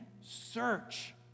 search